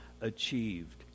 achieved